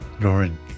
lauren